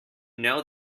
know